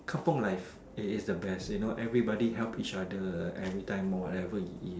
Kampung life it is the best you know everybody help each other every time or whatever it is